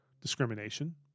discrimination